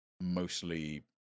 mostly